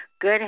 Good